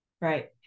right